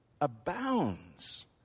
abounds